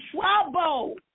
trouble